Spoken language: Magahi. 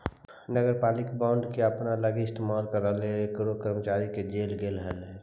नगरपालिका बॉन्ड के अपना लागी इस्तेमाल करला पर एगो कर्मचारी के जेल हो गेलई हल